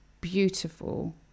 beautiful